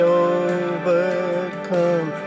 overcome